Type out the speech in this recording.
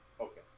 Okay